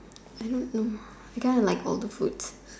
I don't know can I have like all the foods